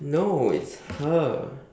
no it's her